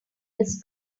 his